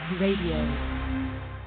radio